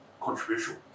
controversial